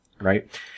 right